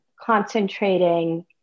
concentrating